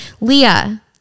Leah